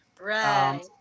Right